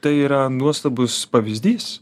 tai yra nuostabus pavyzdys